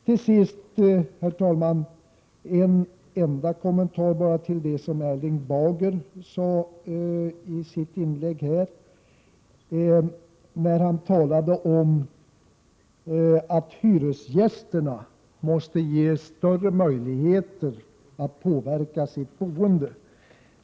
Till sist, herr talman, en enda kommentar till vad Erling Bager yttrade i sitt inlägg. Han sade att hyresgästerna måste ges större möjligheter att påverka sitt boende.